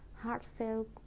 heartfelt